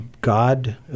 God